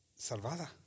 salvada